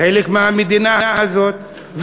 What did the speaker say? חלק מהמדינה הזאת,